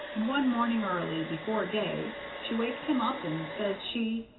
and one morning early, before day, she waked him up, and says she,